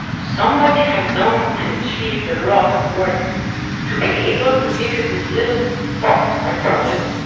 somebody has done and achieved a lot of work to be able to give you this little box i call it,